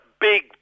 big